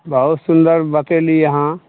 बहुत सुन्दर बतेली अहाँ